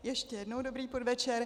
Ještě jednou dobrý podvečer.